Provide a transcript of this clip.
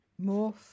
Morph